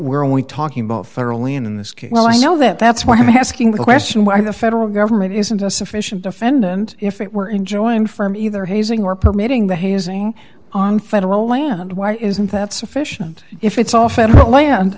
we're only talking about federal land in this case well i know that that's why i'm asking the question why the federal government isn't a sufficient defendant if it were enjoying from either hazing or permitting the hazing on federal land why isn't that sufficient if it's all federal land